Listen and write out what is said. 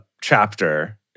chapter